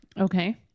okay